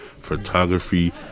photography